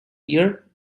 year